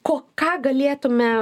ko ką galėtume